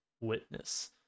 witness